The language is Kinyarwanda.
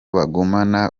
bagumana